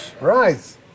right